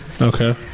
okay